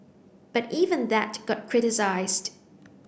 but even that got criticised